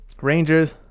Rangers